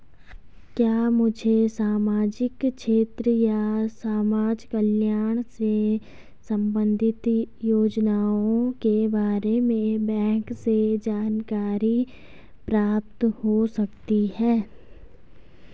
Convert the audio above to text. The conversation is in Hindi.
क्या मुझे सामाजिक क्षेत्र या समाजकल्याण से संबंधित योजनाओं के बारे में बैंक से जानकारी प्राप्त हो सकती है?